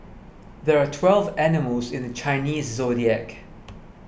there are twelve animals in the Chinese zodiac